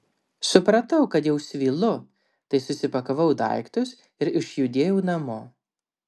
supratau kad jau svylu tai susipakavau daiktus ir išjudėjau namo